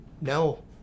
No